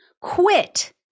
quit